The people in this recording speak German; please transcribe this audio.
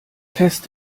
fest